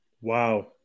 Wow